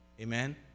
Amen